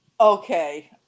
Okay